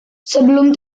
sebelum